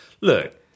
Look